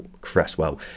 Cresswell